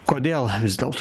kodėl vis dėlto